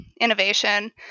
innovation